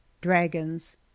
Dragons